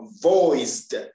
voiced